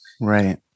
Right